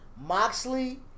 Moxley